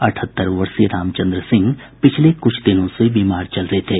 अठहत्तर वर्षीय रामचन्द्र सिंह पिछले कुछ दिनों से बीमार चल रहे थे